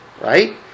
right